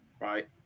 right